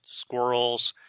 squirrels